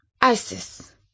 Isis